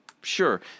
sure